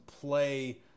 play